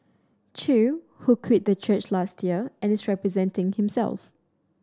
chew who quit the church last year and is representing himself